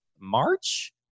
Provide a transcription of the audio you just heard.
March